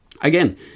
Again